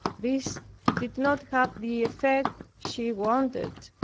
this did not have the effect she wanted